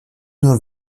nur